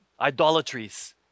idolatries